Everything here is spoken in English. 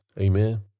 Amen